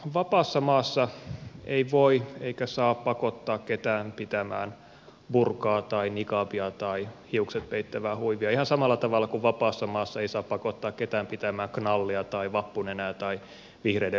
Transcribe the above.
vapaassa maassa ei voi eikä saa pakottaa ketään pitämään burkaa tai niqabia tai hiukset peittävää huivia ihan samalla tavalla kuin vapaassa maassa ei saa pakottaa ketään pitämään knallia tai vappunenää tai vihreiden rintamerkkiä